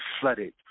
flooded